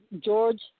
George